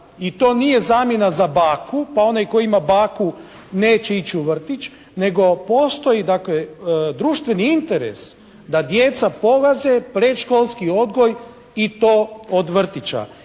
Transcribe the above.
i to nije zamjena za baku, pa onaj koji ima baku neće ići u vrtić nego postoji društveni interes da djeca polaze predškolski odgoj i to od vrtića.